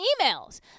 emails